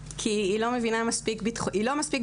כי היא לא מספיק ביטחוניסטית.